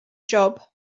job